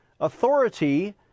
authority